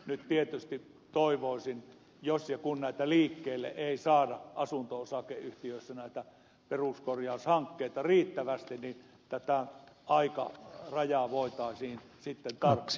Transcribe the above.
nyt tietysti toivoisin jos ja kun näitä peruskorjaushankkeita ei saada liikkeelle asunto osakeyhtiöissä riittävästi että tätä aikarajaa voitaisiin sitten tarkistaa